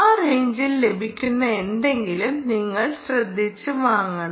ആ റെയിഞ്ചിൽ ലഭിക്കുന്ന എന്തെങ്കിലും നിങ്ങൾ ശ്രദ്ധിച്ച് വാങ്ങണം